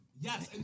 Yes